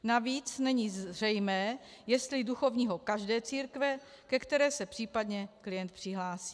Navíc není zřejmé, jestli duchovního každé církve, ke které se případně klient přihlásí.